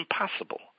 impossible